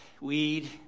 Weed